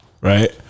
right